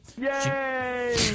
Yay